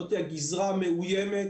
זאת הגזרה המאוימת,